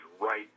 right